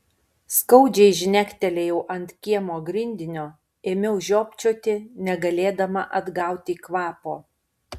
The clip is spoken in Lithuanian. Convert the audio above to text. skaudžiai žnektelėjau ant kiemo grindinio ėmiau žiopčioti negalėdama atgauti kvapo